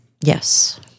Yes